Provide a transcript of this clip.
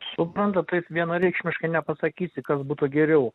suprantat taip vienareikšmiškai nepasakysi kas būtų geriau